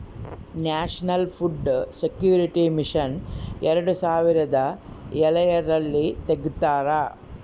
national food security mission ಎರಡು ಸಾವಿರದ ಎಳರಲ್ಲಿ ತೆಗ್ದಾರ